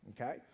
Okay